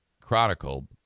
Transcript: chronicled